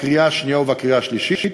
בקריאה שנייה ובקריאה שלישית,